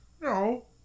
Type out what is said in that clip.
No